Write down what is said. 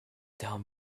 down